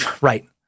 Right